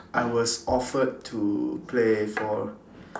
I was offered to play for